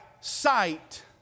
sight